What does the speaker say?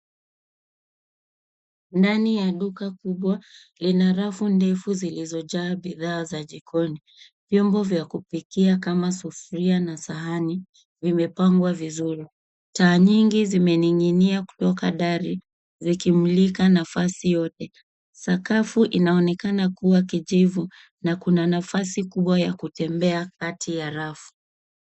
Ndani ya duka kubwa ina rafu ndefu zilizojaa bidhaa za jikoni. Vyombo vya kupikia kama sufuria na sahani vimepangwa vizuri. Taa nyingi zimening'inia kutoka dari vikimulika nafasi yote. Sakafu inaonekana kuwa kijivu na kuna nafasi kubwa ya kutembea kati ya rafu.